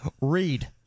Read